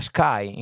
Sky